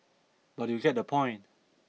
but you get the point